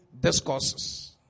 discourses